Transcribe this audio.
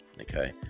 okay